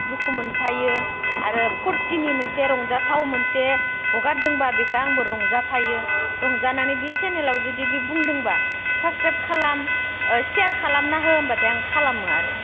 दुखु मोनफायो आरो फुरथिनि मोनसे रंजाथाव मोनसे हगारदोंब्ला बेखौ आंबो रंजाफायो रंजानानै बे चेनेलाव जुदि बे बुंदोंब्ला साबसक्राइब खालाम शेयार खालामना हो होनब्लाथाय आं खालामो आरो